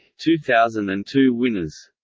two thousand and two winners